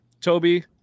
Toby